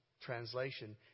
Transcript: translation